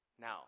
Now